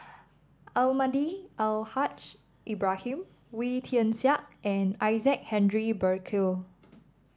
Almahdi Al Haj Ibrahim Wee Tian Siak and Isaac Henry Burkill